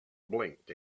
blinked